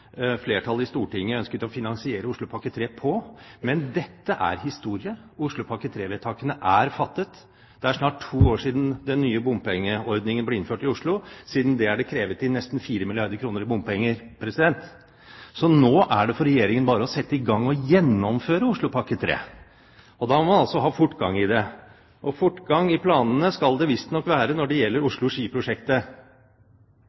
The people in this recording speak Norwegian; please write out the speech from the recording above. flertallet i Stortinget ønsket å finansiere Oslopakke 3 på, men dette er historie. Oslopakke 3-vedtakene er fattet. Det er snart to år siden den nye bompengeordningen ble innført i Oslo. Siden er det krevet inn nesten 4 milliarder kr i bompenger, så nå er det bare for Regjeringen å sette i gang og gjennomføre Oslopakke 3. Da må man ha fortgang i det, og fortgang i planene skal det visstnok være når det gjelder